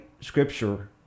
scripture